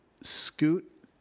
Scoot